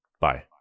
bye